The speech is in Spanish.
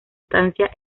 estancia